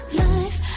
life